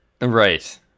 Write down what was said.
right